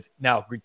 Now